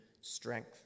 strength